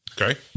Okay